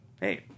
hey